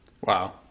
Wow